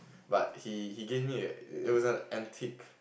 but he he gave me a it's was an antique